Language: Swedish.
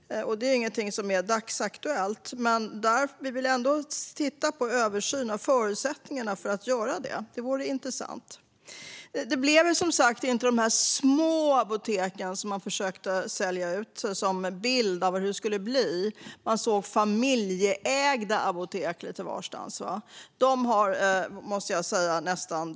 Det är inget som är dagsaktuellt, men vi vill ändå göra en översyn av förutsättningarna för att göra det. Det vore intressant. Det blev som sagt inte de där små apoteken, som man försökte sälja in som en bild av hur det skulle bli. Man skulle se familjeägda apotek lite varstans. De måste nästan sägas ha dött ut.